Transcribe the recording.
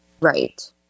right